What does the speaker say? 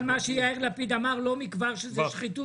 זה כמה כל מה שתעשו יעבור בשתיקה עם אפס ביקורת